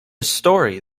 story